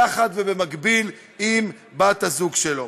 יחד ובמקביל עם בת-הזוג שלו.